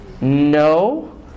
No